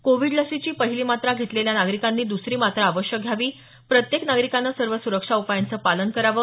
Covid लसीची पहिली मात्रा घेतलेल्या नागरिकांनी दसरी मात्रा अवश्य घ्यावी प्रत्येक नागरिकानं सर्व सुरक्षा उपायांचं पालन करावं